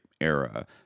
era